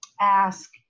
ask